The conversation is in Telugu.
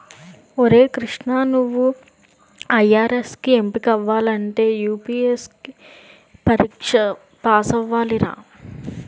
ఒరే కృష్ణా నువ్వు ఐ.ఆర్.ఎస్ కి ఎంపికవ్వాలంటే యూ.పి.ఎస్.సి పరీక్ష పేసవ్వాలిరా